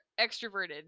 extroverted